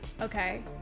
Okay